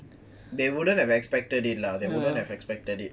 they wouldn't have expected it lah they wouldn't have expected it